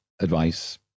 advice